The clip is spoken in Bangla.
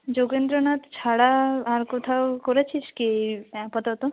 যোগেন্দ্রনাথ ছাড়া আর কোথাও করেছিস কি আপাতত